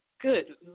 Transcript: Good